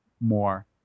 more